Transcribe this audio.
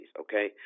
okay